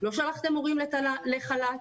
לא שלחתם מורים לחל"ת,